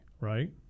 right